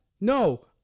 No